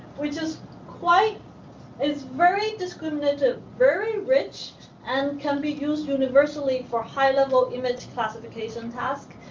which is quite is very discriminative, very rich and can be used universally for high-level image classification task.